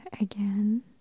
again